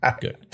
Good